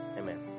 Amen